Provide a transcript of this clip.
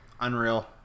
Unreal